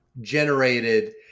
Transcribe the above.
generated